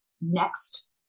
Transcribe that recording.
next